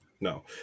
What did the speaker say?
No